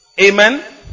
Amen